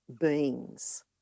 beings